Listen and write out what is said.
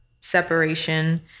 separation